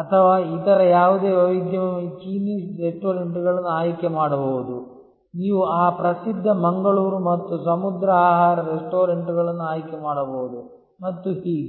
ಅಥವಾ ಇತರ ಯಾವುದೇ ವೈವಿಧ್ಯಮಯ ಚೀನೀ ರೆಸ್ಟೋರೆಂಟ್ಗಳನ್ನು ಆಯ್ಕೆ ಮಾಡಬಹುದು ನೀವು ಆ ಪ್ರಸಿದ್ಧ ಮಂಗಳೂರು ಮತ್ತು ಸಮುದ್ರ ಆಹಾರ ರೆಸ್ಟೋರೆಂಟ್ಗಳನ್ನು ಆಯ್ಕೆ ಮಾಡಬಹುದು ಮತ್ತು ಹೀಗೆ